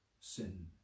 Sin